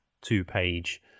two-page